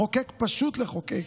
פשוט לחוקק.